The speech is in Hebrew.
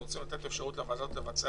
אנחנו רוצים לתת אפשרות לוועדות לבצע